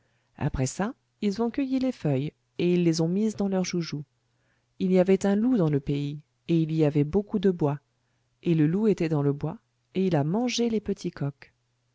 après ça ils ont cueilli les feuilles et ils les ont mises dans leurs joujoux il y avait un loup dans le pays et il y avait beaucoup de bois et le loup était dans le bois et il a mangé les petits coqs